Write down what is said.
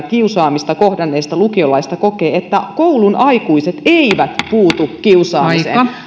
kiusaamista kohdanneista lukiolaisista kokee että koulun aikuiset eivät puutu kiusaamiseen